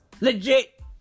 Legit